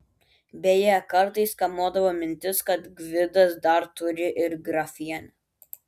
beje kartais kamuodavo mintis kad gvidas dar turi ir grafienę